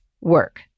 work